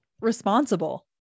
responsible